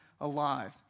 alive